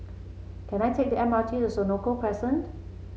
can I take the M R T to Senoko Crescent